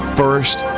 first